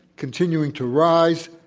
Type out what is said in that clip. continuing to rise,